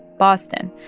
boston.